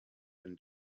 been